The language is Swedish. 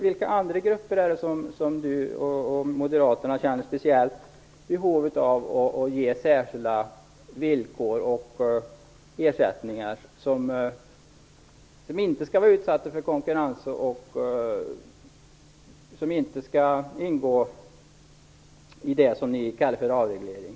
Vilka andra grupper är det som Ulf Melin och Moderaterna känner ett speciellt behov av att ge särskilda villkor och ersättningar, utan att det är konkurrens och utan att det här ingår i det som ni kallar för en avreglering?